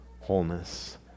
wholeness